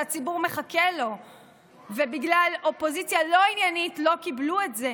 שהציבור מחכה לו ובגלל אופוזיציה לא עניינית לא קיבלו את זה,